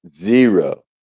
Zero